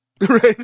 right